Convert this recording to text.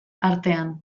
artean